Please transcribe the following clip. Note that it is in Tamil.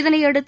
இதனையடுத்து